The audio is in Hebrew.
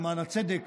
למען הצדק,